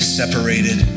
separated